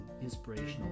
inspirational